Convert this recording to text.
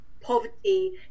poverty